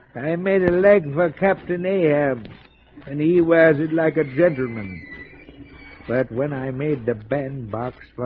i made a leg captain ahab and he wears it like a gentleman but when i made the bend box,